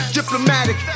Diplomatic